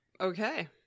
Okay